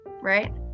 right